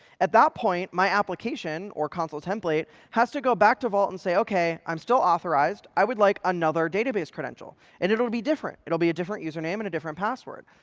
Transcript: at that point, my application, or consul template, has to go back to vault and say, ok, i'm still authorized. i would like another database credential. and it it will be different. it will be a different username and a different password.